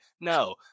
No